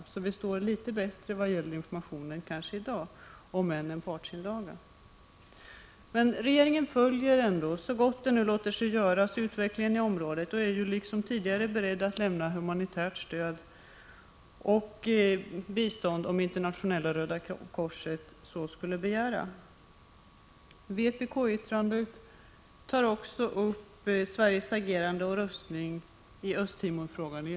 Vi står alltså i dag litet bättre rustade vad gäller informationen, om än detta är en partsinlaga. Regeringen följer, så gott det låter sig göras, utvecklingen i området och är liksom tidigare beredd att lämna humanitärt bistånd, om Internationella röda korset skulle begära det. Vpk-yttrandet tar också upp Sveriges agerande och röstning i Östtimorfrågan i FN.